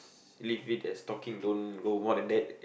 leave it as talking don't go more than that